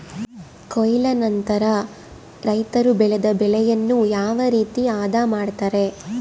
ಕೊಯ್ಲು ನಂತರ ರೈತರು ಬೆಳೆದ ಬೆಳೆಯನ್ನು ಯಾವ ರೇತಿ ಆದ ಮಾಡ್ತಾರೆ?